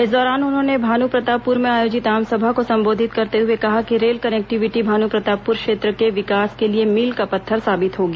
इस दौरान उन्होंने भानुप्रतापपुर में आयोजित आमसभा को संबोधित करते हुए कहा कि रेल कनेक्टिविटी भानुप्रतापपुर क्षेत्र के विकास के लिए मील का पत्थर साबित होगी